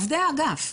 עובדי האגף,